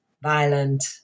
violent